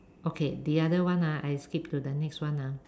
okay the another one ah I skip to the next one ah